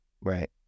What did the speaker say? right